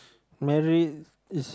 married is